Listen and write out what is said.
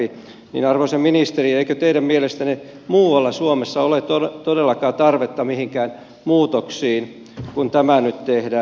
arvoisa ministeri eikö teidän mielestänne muualla suomessa ole todellakaan tarvetta mihinkään muutoksiin kun tämä nyt tehdään